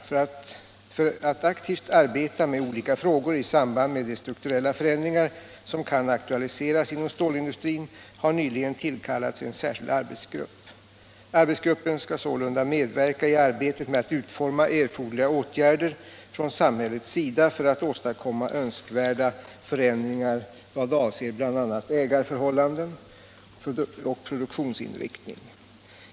För att aktivt arbeta med olika frågor i samband med de strukturella förändringar som kan aktualiseras inom stålindustrin har nyligen tillkallats en särskild arbetsgrupp. Arbetsgruppen skall sålunda medverka i arbetet med att utforma erforderliga åtgärder från samhällets sida för att åstadkomma önskvärda förändringar i vad avser bl.a. ägarförhållanden och produktionsinriktning.